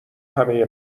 همه